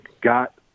got